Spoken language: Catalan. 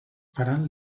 faran